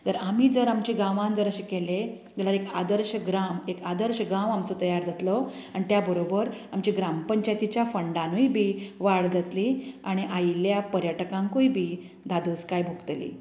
जर आमी जर आमचे गांवांत जर अशें केलें जाल्यार एक आदर्श ग्राम एक आदर्श गांव आमचो तयार जातलो आनी त्या बरोबर आमची ग्रामपंचायतिच्या फंडानूय बी वाड जातली आनी आयिल्ल्या पर्यटकांकूय बी धादोसकाय भोगतली